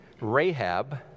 Rahab